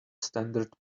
standard